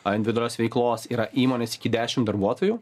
a individualios veiklos yra įmonės iki dešimt darbuotojų